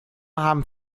haben